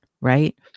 right